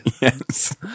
Yes